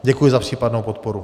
Děkuji za případnou podporu.